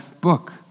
book